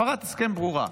הפרת הסכם ברורה.